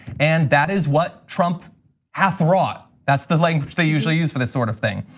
and that is what trump hath wrought. that's the language they usually use for this sort of thing.